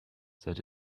seid